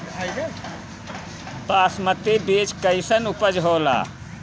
बासमती बीज कईसन उपज होला?